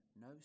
no